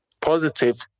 positive